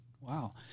Wow